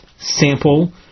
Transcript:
sample